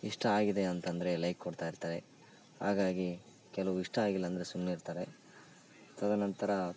ಇಷ್ಟ ಆಗಿದೆ ಅಂತಂದರೆ ಲೈಕ್ ಕೊಡ್ತಾ ಇರ್ತಾರೆ ಹಾಗಾಗಿ ಕೆಲವು ಇಷ್ಟ ಆಗಿಲ್ಲಂದರೆ ಸುಮ್ಮನೆ ಇರ್ತಾರೆ ತದ ನಂತರ